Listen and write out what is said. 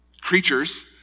creatures